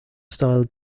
style